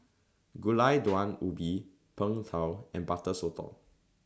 Gulai Daun Ubi Png Tao and Butter Sotong